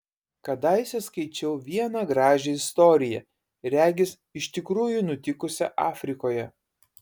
kadaise skaičiau vieną gražią istoriją regis iš tikrųjų nutikusią afrikoje